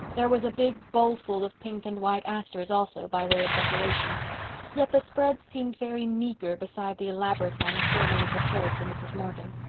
there was a big bowlful of pink-and-white asters also, by way of decoration yet the spread seemed very meager beside the elaborate one formerly prepared for mrs. morgan.